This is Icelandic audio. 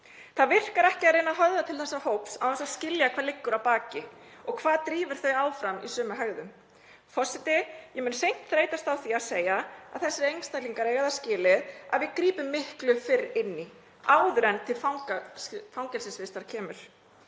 Það virkar ekki að reyna að höfða til þessa hóps án þess að skilja hvað liggur að baki og hvað drífur þetta fólk áfram í sömu hegðun. Forseti. Ég mun seint þreytast á því að segja að þessir einstaklingar eiga það skilið að við grípum miklu fyrr inn í, áður en til fangelsisvistar kemur,